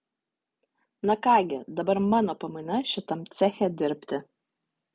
na ką gi dabar mano pamaina šitam ceche dirbti